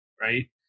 Right